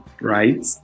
right